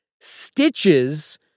Stitches